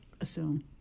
assume